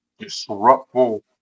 disruptful